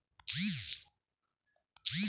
कर्जावर किती टक्के व्याज लागते?